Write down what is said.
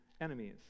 enemies